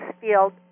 field